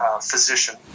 physician